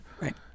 right